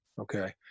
okay